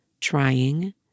trying